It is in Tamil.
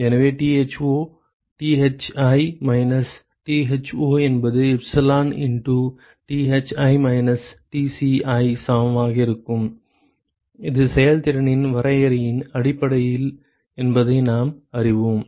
எனவே Tho Thi மைனஸ் Tho என்பது epsilon into Thi minus Tci சமமாக இருக்கும் இது செயல்திறனின் வரையறையின் அடிப்படையில் என்பதை நாம் அறிவோம்